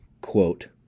quote